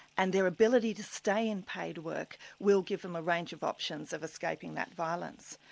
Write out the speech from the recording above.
and their ability to stay in paid work will give them a range of options of escaping that violence.